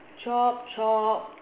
chop chop